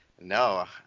No